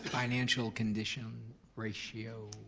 financial condition ratio?